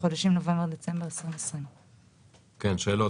בחודשים נובמבר ודצמבר 2020. שאלות,